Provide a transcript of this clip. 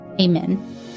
Amen